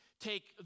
take